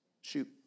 shoot